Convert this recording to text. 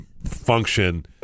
Function